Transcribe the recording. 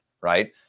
right